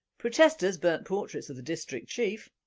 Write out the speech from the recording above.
protesters burned portraits of the district chief